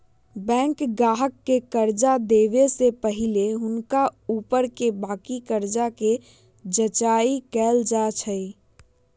bank गाहक के कर्जा देबऐ से पहिले हुनका ऊपरके बाकी कर्जा के जचाइं कएल जाइ छइ